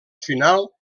final